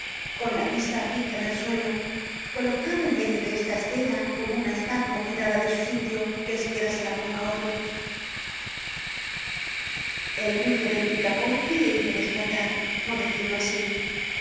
con la vista fija en el suelo colocado en medio de esta escena como una estatua quitada de su sitio que espera se la ponga otro el ruido del picaporte le hizo despertar por decirlo así